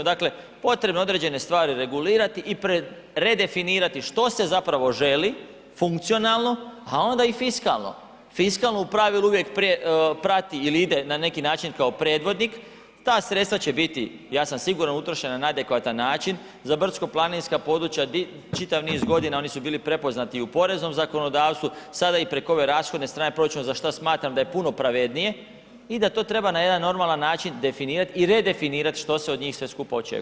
Dakle potrebno je određene stvari regulirati i pre redefinirati što se zapravo želi funkcionalno a onda i fiskalno, fiskalno u pravilu uvijek prije prati ili ide na neki način kao predvodnik, ta sredstva će biti ja sam siguran utrošena na adekvatan način za brdsko-planinska područja, čitav niz godina oni su bili prepoznati i u poreznom zakonodavstvu sada i preko ove rashodne strane proračuna za što smatram da je puno pravednije i da to treba na jedan normalan način definirat i redefinirat što se od njih sve skupa očekuje.